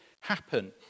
happen